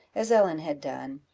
as ellen had done,